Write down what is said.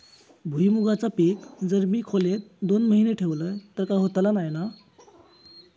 भुईमूगाचा पीक जर मी खोलेत दोन महिने ठेवलंय तर काय होतला नाय ना?